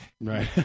Right